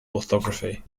orthography